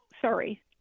sorry